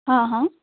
ହଁ ହଁ